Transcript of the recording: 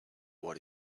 what